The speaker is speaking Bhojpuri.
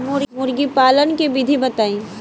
मुर्गीपालन के विधी बताई?